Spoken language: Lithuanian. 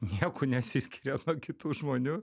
niekuo nesiskiria nuo kitų žmonių